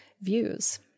views